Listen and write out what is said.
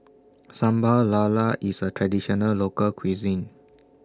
Sambal Lala IS A Traditional Local Cuisine